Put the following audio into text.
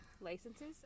licenses